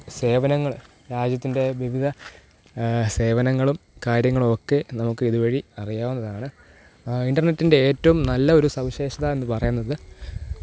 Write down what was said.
സേവനങ്ങൾ രാജ്യത്തിൻ്റെ വിവിധ സേവനങ്ങളും കാര്യങ്ങളും ഒക്കെ നമുക്ക് ഇതുവഴി അറിയാവുന്നതാണ് ഇൻ്റർനെറ്റിൻ്റെ ഏറ്റവും നല്ല ഒരു സവിശേഷത എന്നു പറയുന്നത്